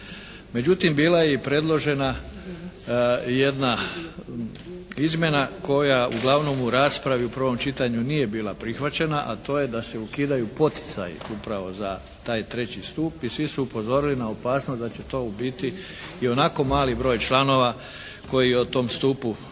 Međutim bila je i predložena jedna izmjena koja uglavnom u raspravi u prvom čitanju nije bila prihvaćena, a to je da se ukidaju poticaji upravo za taj treći stup i svi su upozorili na opasnost da će to u biti ionako mali broj članova koji o tom stupu za